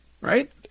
Right